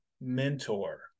mentor